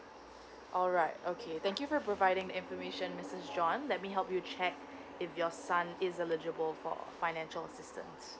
alright okay thank you for providing the information mister John let me help you check if your son is eligible for financial assistance